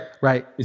Right